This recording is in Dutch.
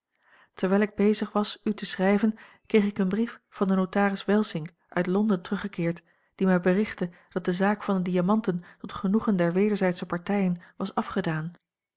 terwijl ik bezig was u te schrijver kreeg ik een brief van den notaris welsink uit londen teruggekeerd die mij berichtte dat de zaak van de diamanten tot genoegen der wederzijdsche partijen was afgedaan